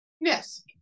Yes